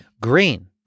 Green